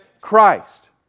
Christ